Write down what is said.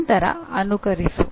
ನಂತರ ಅನುಕರಿಸು